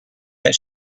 that